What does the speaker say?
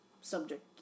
subject